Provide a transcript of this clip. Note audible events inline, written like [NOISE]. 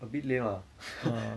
a bit lame ah [LAUGHS]